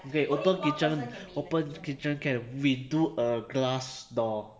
okay open kitchen open kitchen can we do a glass door